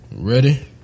Ready